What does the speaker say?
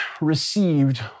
received